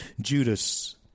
Judas